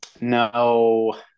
no